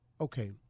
okay